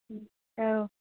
औ